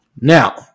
Now